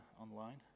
online